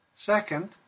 Second